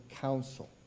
Council